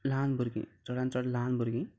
ल्हान भुरगीं चडान चड ल्हान भुरगीं